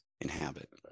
inhabit